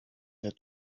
their